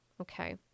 Okay